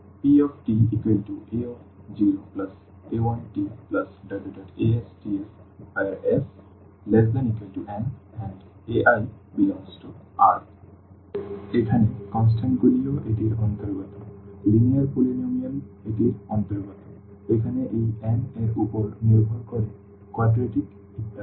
pta0a1tastswhere s≤n and ai∈R সুতরাং এখানে কনস্ট্যান্টগুলিও এটির অন্তর্গত লিনিয়ার polynomial এটির অন্তর্গত এখানে এই n এর উপর নির্ভর করে quadratic ইত্যাদি